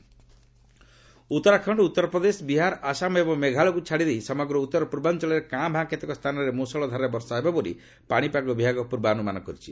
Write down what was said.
weather Uttarakhand Uttar Pradesh Bihar Assam ଏବଂ ମେଘାଳୟକୁ ଛାଡ଼ିଦେଇ ସମଗ୍ର ଉତ୍ତର ପୂର୍ବାଞ୍ଚଳରେ କାଁ ଭାଁ କେତେକ ସ୍ଥାନରେ ମୁଷଳ ଧାରାରେ ବର୍ଷା ହେବା ବୋଲି ପାଣିପାଗ ବିଭାଗ ପୂର୍ବାନୁମାନ କରିଛି